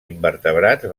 invertebrats